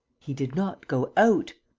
he did not go out.